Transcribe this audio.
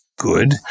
good